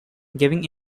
giving